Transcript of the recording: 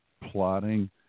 plotting